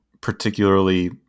particularly